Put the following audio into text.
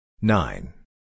nine